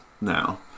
now